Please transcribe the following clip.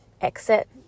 exit